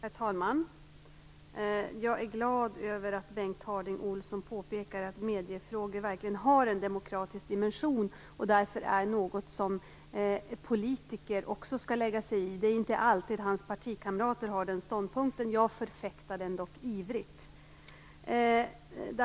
Herr talman! Jag är glad över att Bengt Harding Olson påpekar att mediefrågor verkligen har en demokratisk dimension och därför är något som också politiker skall lägga sig i. Det är inte alltid som hans partikamrater har den ståndpunkten. Jag förfäktar den dock ivrigt.